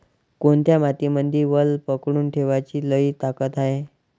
कोनत्या मातीमंदी वल पकडून ठेवण्याची लई ताकद हाये?